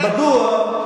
מדוע?